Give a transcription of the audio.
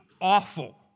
awful